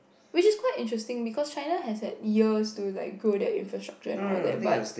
which is quite interesting because China has like years to like grow their infrastructure and all that but